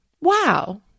wow